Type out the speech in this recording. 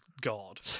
god